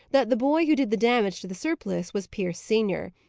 that the boy who did the damage to the surplice was pierce senior.